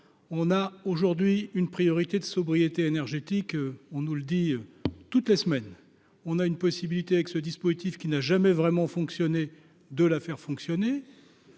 on a aujourd'hui une priorité de sobriété énergétique, on nous le dit toute la semaine, on a une possibilité avec ce dispositif, qui n'a jamais vraiment fonctionné, de la faire fonctionner.